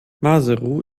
maseru